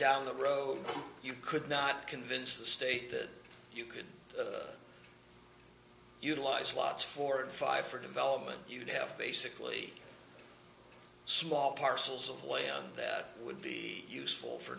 down the road you could not convince the state that you could utilise slots for five for development you'd have basically a small parcels of land that would be useful for